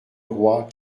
roi